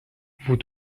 vous